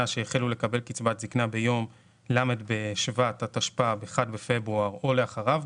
שהחלו לקבל קצבת זקנה ביום ל' בשבט התשפ"ב (1 בפברואר 2022) או לאחריו,